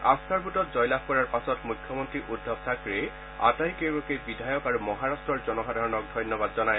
আস্থাৰ ভোটত জয় লাভ কৰাৰ পাছত মুখ্যমন্ত্ৰী উদ্ধৱ থাকৰেই আটাইকেইগৰাকী বিধায়ক আৰু মহাৰট্টৰ জনসাধাৰণক ধন্যবাদ জনায়